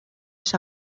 los